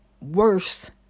worse